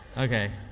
okay,